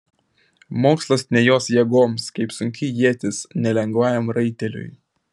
mokslas ne jos jėgoms kaip sunki ietis ne lengvajam raiteliui